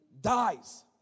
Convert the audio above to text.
dies